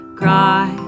cry